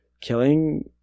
killing